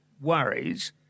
worries